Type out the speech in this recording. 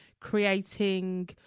creating